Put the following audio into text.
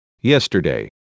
Yesterday